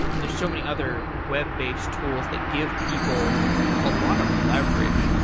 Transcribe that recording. there are so many other web-based tools that give people a lot of leverage.